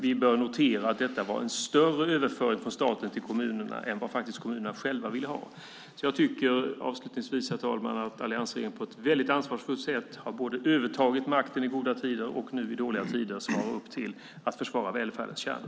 Vi bör notera att det var en större överföring från staten till kommunerna än vad kommunerna själva ville ha. Avslutningsvis tycker jag att alliansregeringen på ett ansvarsfullt sätt har övertagit makten i goda tider och i dåliga tider svarar upp mot att försvara välfärdens kärna.